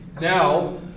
Now